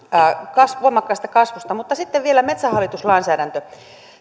voimakkaasta kasvusta mutta sitten vielä metsähallitus lainsäädäntö